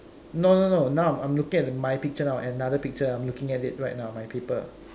no no no Nam I'm looking at my picture now another picture I'm looking at it right now my paper